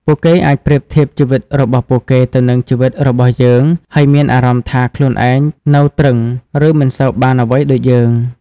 ពួកគេអាចប្រៀបធៀបជីវិតរបស់ពួកគេទៅនឹងជីវិតរបស់យើង ហើយមានអារម្មណ៍ថាខ្លួនឯងនៅទ្រឹង ឬមិនសូវបានអ្វីដូចយើង។